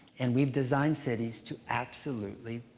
and we've designed cities to absolutely,